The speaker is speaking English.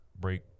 break